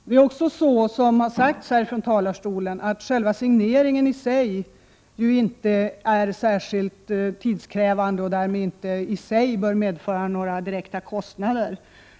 Det är också så, som har sagts här ifrån talarstolen, att själva signeringen inte är särskilt tidskrävande och därmed inte i sig bör medföra några direkta kostnader.